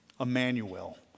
Emmanuel